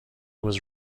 was